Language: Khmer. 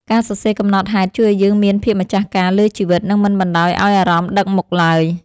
ការសរសេរកំណត់ហេតុជួយឱ្យយើងមានភាពម្ចាស់ការលើជីវិត និងមិនបណ្ដោយឱ្យអារម្មណ៍ដឹកមុខឡើយ។